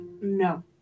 no